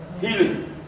healing